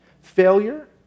failure